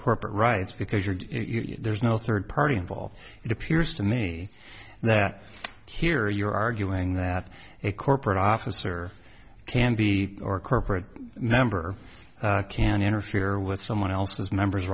corporate rights because you're there's no third party involved it appears to me that here you're arguing that a corporate officer can be or corporate number can interfere with someone else's members